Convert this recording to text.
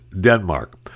Denmark